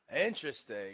Interesting